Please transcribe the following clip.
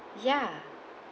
ya